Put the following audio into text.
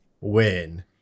win